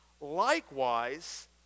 Likewise